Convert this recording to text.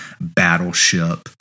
battleship